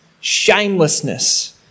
shamelessness